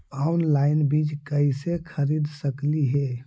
Online बीज कईसे खरीद सकली हे?